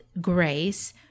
grace